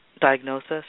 diagnosis